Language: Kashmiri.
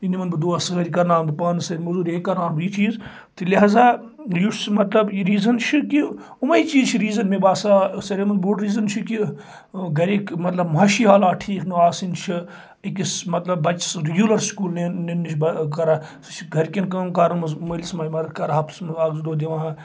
یہِ نِمن بہِ دۄہس سۭتۍ یہِ کرناوَن بہِ پانس سۭتۍ موٚزوٗر یہِ کرناون بہٕ یہِ چیٖز تہٕ لہٰذا یُس مطلب یہِ ریزن چھُ کہِ اُمے چیٖز چھِ ریزن مےٚ باسان ساروٕے منٛز بوٚڈ ریزن چھُ کہِ گرِک مطلب مہاشی حالات ٹھیٖک نہِ آسٕنۍ چھِ أکس مطلب بَچہِ سُنٛد رُگیولر سکوٗل نِنہٕ نِش کران سُہ چھُ گرِکٮ۪ن کٲم کارن منٛز مألس ماجہِ مدد کران ہَفتس منٛز اکھ زٕ دۄہ دوان